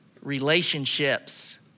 relationships